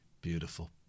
beautiful